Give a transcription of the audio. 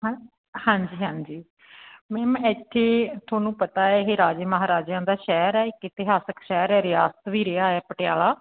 ਹੈਂ ਹਾਂਜੀ ਹਾਂਜੀ ਮੈਮ ਇੱਥੇ ਤੁਹਾਨੂੰ ਪਤਾ ਇਹ ਰਾਜੇ ਮਹਾਰਾਜਿਆਂ ਦਾ ਸ਼ਹਿਰ ਹੈ ਇੱਕ ਇਤਿਹਾਸਿਕ ਸ਼ਹਿਰ ਹੈ ਰਿਆਸਤ ਵੀ ਰਿਹਾ ਹੈ ਪਟਿਆਲਾ